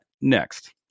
next